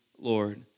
Lord